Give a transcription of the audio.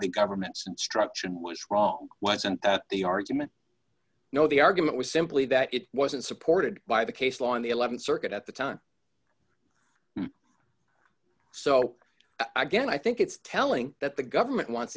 the government's instruction was wrong wasn't the argument no the argument was simply that it wasn't supported by the case law in the th circuit at the time so i guess i think it's telling that the government wants